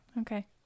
Okay